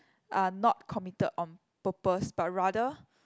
are not committed on purpose but rather